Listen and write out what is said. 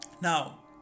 now